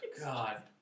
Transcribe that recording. God